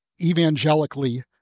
evangelically